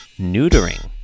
neutering